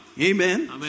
amen